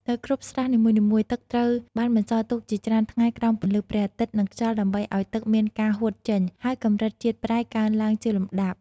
នៅគ្រប់ស្រះនីមួយៗ ទឹកត្រូវបានបន្សល់ទុកជាច្រើនថ្ងៃក្រោមពន្លឺព្រះអាទិត្យនិងខ្យល់ដើម្បីឲ្យទឹកមានការហួតចេញ ហើយកម្រិតជាតិប្រៃកើនឡើងជាលំដាប់។